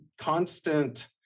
constant